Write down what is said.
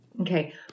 Okay